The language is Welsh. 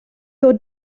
ddod